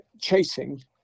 chasing